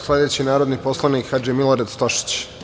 Sledeći narodni poslanik je Hadži Milorad Stošić.